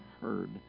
heard